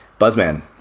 Buzzman